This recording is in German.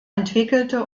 entwickelte